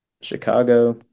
Chicago